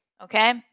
okay